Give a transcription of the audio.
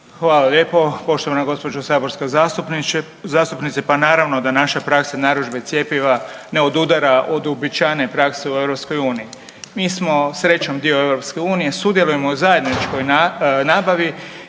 Hvala lijepo. Poštovana gospođo saborska zastupnice. Pa naravno da naša praksa narudžbe cjepiva ne odudara od uobičajene prakse u EU. Mi smo srećom dio EU sudjelujemo u zajedničkoj nabavi